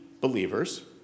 believers